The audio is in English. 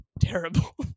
terrible